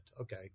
Okay